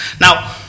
Now